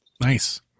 Nice